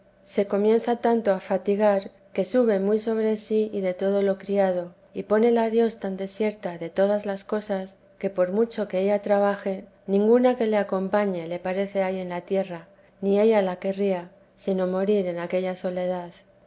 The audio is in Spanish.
se comienza tanto a fatigar que sube muy sobre sí y de todo lo criado y pónela dios tan desierta de todas las cosas que por mucho que ella trabaje ninguna que le acompañe le parece hay en la tierra ni ella la querría sino morir en aquella soledad